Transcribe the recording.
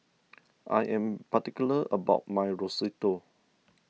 I am particular about my Risotto